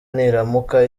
niramuka